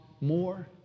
more